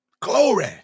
Glory